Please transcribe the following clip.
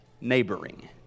neighboring